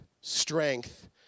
strength